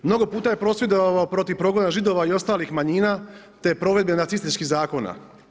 Mnogo puta je prosvjedovao protiv progona Židova i ostalih manjina, te provedbe nacističkih zakona.